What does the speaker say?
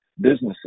businesses